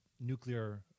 nuclear